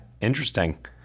Interesting